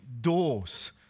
doors